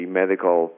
medical